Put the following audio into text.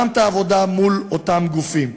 גם את העבודה מול אותם גופים.